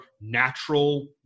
natural